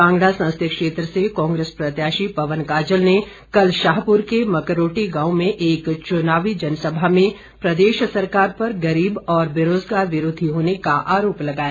कांगड़ा संसदीय क्षेत्र से कांग्रेस प्रत्याशी पवन काजल ने कल शाहपुर के मकरोटी गांव में एक चुनावी जनसभा में प्रदेश सरकार पर गरीब और बेरोज़गार विरोधी का आरोप लगाया